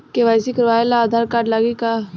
KYC करावे ला Aadhaar card लागी का?